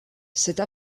cette